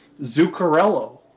Zuccarello